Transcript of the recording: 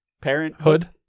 parenthood